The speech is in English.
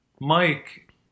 Mike